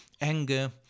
anger